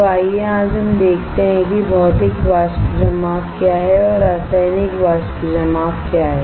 तो आइए आज हम देखते हैं कि भौतिक वाष्प जमाव क्या हैं और रासायनिक वाष्प जमाव क्या हैं